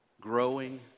growing